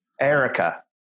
Erica